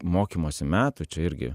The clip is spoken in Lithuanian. mokymosi metų čia irgi